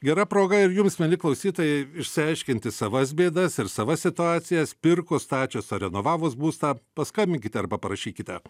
gera proga ir jums mieli klausytojai išsiaiškinti savas bėdas ir savas situacijas pirkus stačius ar renovavus būstą paskambinkite arba parašykite